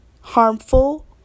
harmful